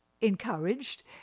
encouraged